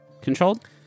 controlled